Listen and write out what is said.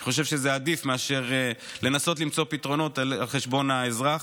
אני חושב שזה עדיף מאשר לנסות למצוא פתרונות על חשבון האזרח.